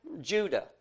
Judah